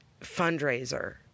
fundraiser